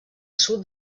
sud